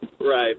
Right